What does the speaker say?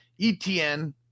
Etn